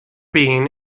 bean